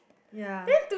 ya